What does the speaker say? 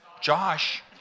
Josh